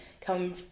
come